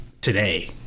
today